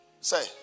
Say